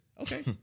okay